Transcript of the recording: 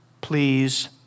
please